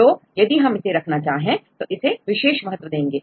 तो यदि हम इसे रखना चाहे तो इसे विशेष महत्व देंगे